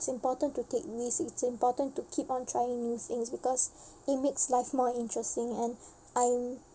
it's important to take risks it's important to keep on trying new things because it makes life more interesting and I'm